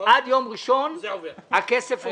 עד יום ראשון הכסף עובר.